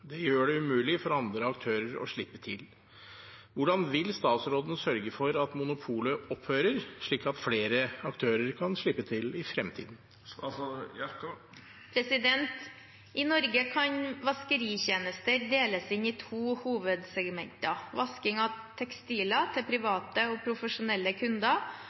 Det gjør det umulig for andre aktører å slippe til. Hvordan vil statsråden sørge for at monopolet opphører, slik at flere aktører kan slippe til?» I Norge kan vaskeritjenester deles inn i to hovedsegmenter: vasking av tekstiler til private og profesjonelle kunder.